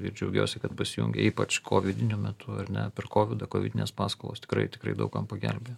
ir džiaugiuosi kad pasijungė ypač kovidiniu metu ar ne per kovidą kovidinės paskolos tikrai tikrai daug kam pagelbėjo